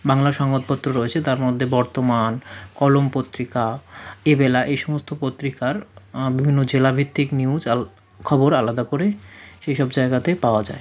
বাংলা সংবাদপত্র রয়েছে তার মধ্যে বর্তমান কলম পত্রিকা এবেলা এই সমস্ত পত্রিকার বিভিন্ন জেলা ভিত্তিক নিউজ খবর আলাদা করে সেই সব জায়গাতে পাওয়া যায়